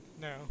No